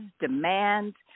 demands